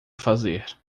fazer